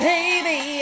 Baby